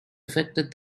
affected